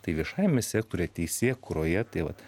tai viešajame sektoriuje teisėkūroje tai vat